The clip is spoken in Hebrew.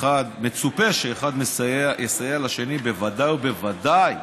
מצופה שאחד יסייע לשני, בוודאי ובוודאי